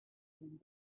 and